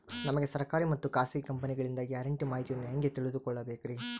ನಮಗೆ ಸರ್ಕಾರಿ ಮತ್ತು ಖಾಸಗಿ ಕಂಪನಿಗಳಿಂದ ಗ್ಯಾರಂಟಿ ಮಾಹಿತಿಯನ್ನು ಹೆಂಗೆ ತಿಳಿದುಕೊಳ್ಳಬೇಕ್ರಿ?